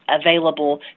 available